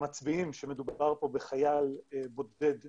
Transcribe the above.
מצביעים שמדובר פה בחייל בודד משוחרר.